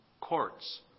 courts